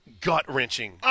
gut-wrenching